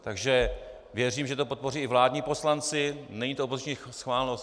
Takže věřím, že to podpoří i vládní poslanci, není to od opozičních schválnost.